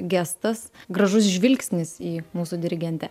gestas gražus žvilgsnis į mūsų dirigentę